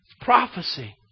Prophecy